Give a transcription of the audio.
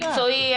מקצועי,